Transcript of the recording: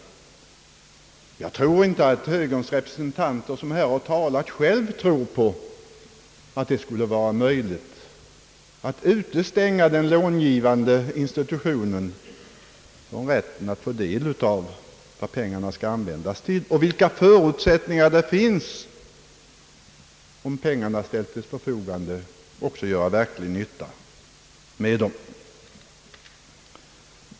Jag tror inte att de av högerns representanter som har talat här verkligen tror att det skulle vara möjligt att utestänga den långivande institutionen från rätten att få del av vad pengarna skall användas till och, om pengarna ställs till förfogande, vilka förutsättningar det finns att pengarna också gör verklig nytta.